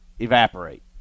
evaporate